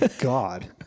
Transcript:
God